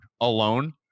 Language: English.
alone